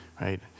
right